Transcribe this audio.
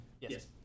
Yes